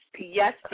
yes